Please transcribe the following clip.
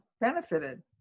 benefited